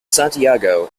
santiago